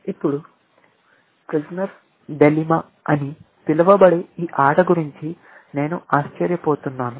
ఇప్పుడు prisoner's dilemma Prisoner's Dilemma అని పిలువబడే ఈ ఆట గురించి నేను ఆశ్చర్యపోతున్నాను